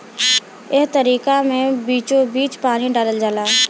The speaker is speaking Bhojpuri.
एह तरीका मे बीचोबीच पानी डालल जाला